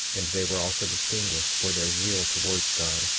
and they were also distinguished for their zeal towards god,